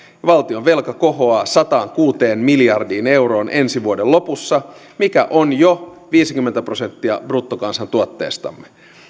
valtionvelka kohoaa sataankuuteen miljardiin euroon ensi vuoden lopussa mikä on jo viisikymmentä prosenttia bruttokansantuotteestamme